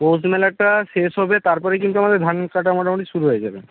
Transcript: পৌষ মেলাটা শেষ হবে তারপরেই কিন্তু আমাদের ধান কাটা মোটামুটি শুরু হয়ে যাবে